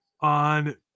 on